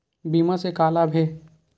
बीमा से का लाभ हे?